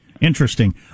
Interesting